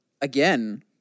again